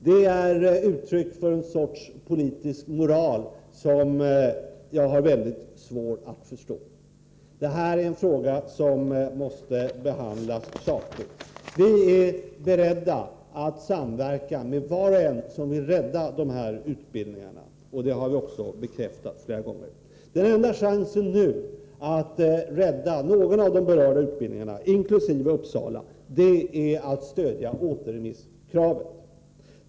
Detta är uttryck för en politisk moral som jag har mycket svårt att förstå. Det här rör sig om en fråga som måste behandlas sakligt. Vi är beredda att samverka med alla som vill rädda de här utbildningarna, vilket vi också flera gånger har framhållit. Den enda chansen att rädda någon av de berörda utbildningarna, inkl. Uppsala, är att stödja återremisskravet.